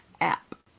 app